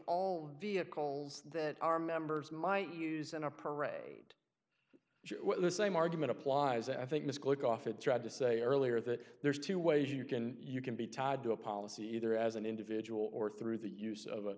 all vehicles that our members might use in a parade well the same argument applies i think this click off it tried to say earlier that there are two ways you can you can be tied to a policy either as an individual or through the use of